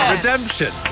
Redemption